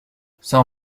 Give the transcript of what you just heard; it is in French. sans